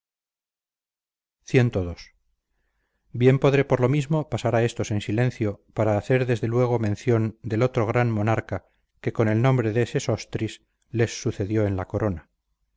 demás cii bien podré por lo mismo pasar a estos en silencio para hacer desde luego mención del otro gran monarca que con el nombre de sesostris les sucedió en la corona